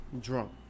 Drunk